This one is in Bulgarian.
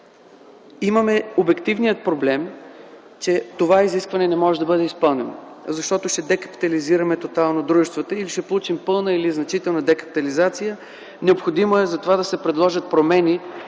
имаме обективния проблем, че това изискване не може да бъде изпълнено, защото ще декапитализираме тотално дружествата и ще получим пълна или значителна декапитализация. Необходимо е затова да се предложат промени